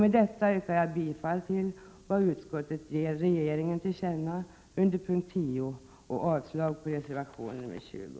Med detta yrkar jag bifall till vad utskottet ger riksdagen till känna under punkt 10 och avslag på reservation 20.